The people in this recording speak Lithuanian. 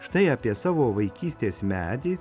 štai apie savo vaikystės medį